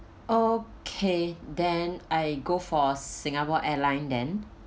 okay then I go for singapore airline then